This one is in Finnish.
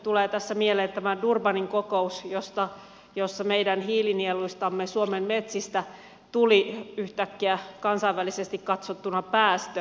tulee tässä mieleen tämä durbanin kokous jossa meidän hiilinieluistamme suomen metsistä tuli yhtäkkiä kansainvälisesti katsottuna päästö